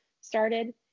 started